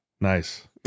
Nice